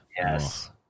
Yes